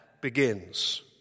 begins